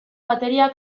bateria